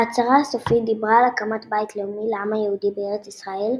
ההצהרה הסופית דיברה על הקמת בית לאומי לעם היהודי בארץ ישראל,